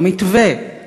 במתווה,